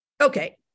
Okay